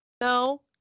no